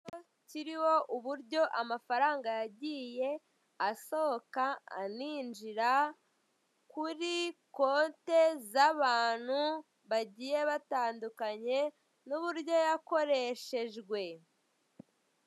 Igipapuro kiririho uburyo amafaranga yagiye asohoka injira kuri konte z'abantu bagiye batandukanye n'uburyo yakoreshejwe.